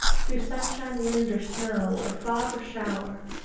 through sunshine, wind, or snow, or fog, or shower,